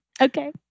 Okay